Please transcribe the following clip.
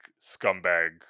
scumbag